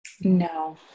No